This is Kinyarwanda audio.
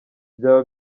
byaba